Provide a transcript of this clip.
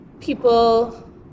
people